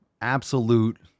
absolute